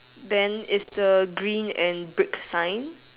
then is the green and brick sign